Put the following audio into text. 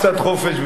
קצת חופש ביטוי,